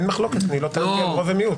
אין מחלוקת, אני לא טענתי על רוב ומיעוט.